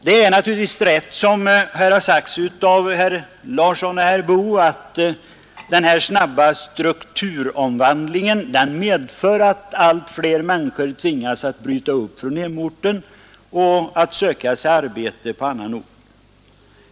Det är naturligtvis riktigt som här har sagts av herr Larsson i Umeå och herr Boo att den snabba strukturomvandlingen medför att allt fler människor tvingas bryta upp från hemorten och söka sig arbete på annan ort.